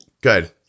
good